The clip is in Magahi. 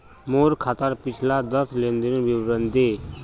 मोर खातार पिछला दस लेनदेनेर विवरण दे